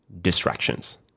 distractions